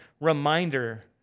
reminder